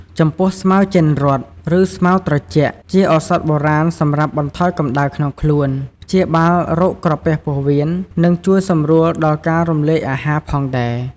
ចំពោះស្មៅចិនរត់ ឬស្មៅត្រជាក់ ជាឱសថបុរាណសម្រាប់បន្ថយកម្ដៅក្នុងខ្លួន ព្យាបាលរោគក្រពះពោះវៀន និងជួយសម្រួលការរំលាយអាហារផងដែរ។